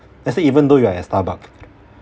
let's say even though you are at starbucks